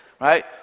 right